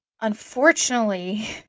unfortunately